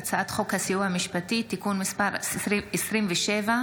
חוק הסיוע המשפטי (תיקון מס' 27,